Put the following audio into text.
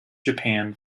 japan